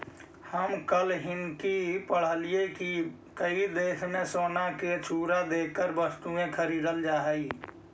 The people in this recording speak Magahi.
हम कल हिन्कि पढ़लियई की कई देशों में सोने का चूरा देकर वस्तुएं खरीदल जा हई